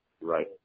right